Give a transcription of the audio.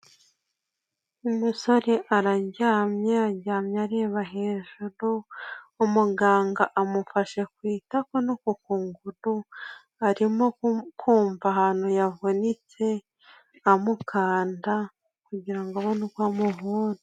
Umusore araryamye, aryamye areba hejuru umuganga amufashe ku itako no ku ku nguru, arimo kumva ahantu yavunitse amukanda kugirango abone uko amuvura.